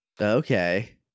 Okay